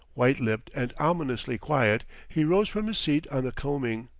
white-lipped and ominously quiet he rose from his seat on the combing,